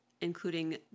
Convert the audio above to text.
including